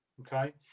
Okay